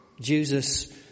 Jesus